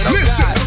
Listen